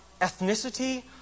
ethnicity